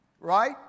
right